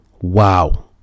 wow